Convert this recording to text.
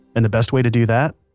and the best way to do that?